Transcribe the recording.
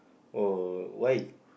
oh why